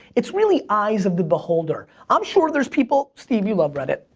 it's really eyes of the beholder. i'm sure there's people, steve you love reddit.